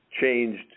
changed